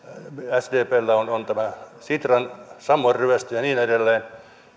sdpllä on on tämä sitran sammon ryöstö ja niin edelleen